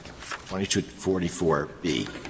2244B